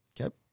Okay